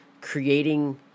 creating